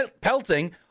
pelting